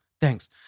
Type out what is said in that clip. Thanks